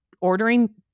ordering